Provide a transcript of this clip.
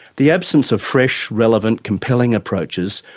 the absence of fresh, relevant, compelling approaches,